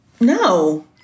No